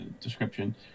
description